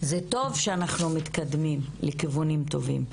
זה טוב שאנחנו מתקדמים לכיוונים טובים,